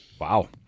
Wow